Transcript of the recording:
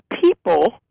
people